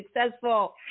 successful